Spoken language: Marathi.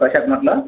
कशात मग